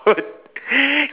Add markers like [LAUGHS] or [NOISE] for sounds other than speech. [LAUGHS]